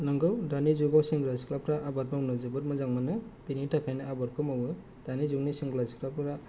नोंगौ दानि जुगाव सेंग्रा सिख्लाफ्रा आबाद मावनो जोबोद मोजां मोनो बिनि थाखायनो आबादखौ मावो दानि जुगनि सेंग्रा सिख्लाफोरा